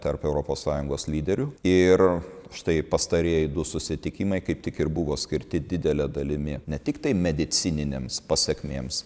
tarp europos sąjungos lyderių ir štai pastarieji du susitikimai kaip tik ir buvo skirti didele dalimi ne tiktai medicininėms pasekmėms